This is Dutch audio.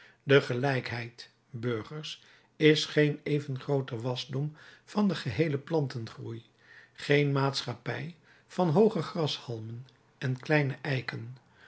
de gelijkheid burgers is geen even hooge wasdom van den geheelen plantengroei geen maatschappij van hooge grashalmen en kleine eiken